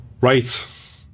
right